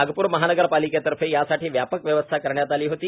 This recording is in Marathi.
नागपूर महानगर पालिकेतर्फे यासाठी व्यापक व्यवस्था करण्यात आली होती